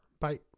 bye